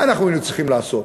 מה אנחנו צריכים לעשות?